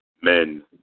men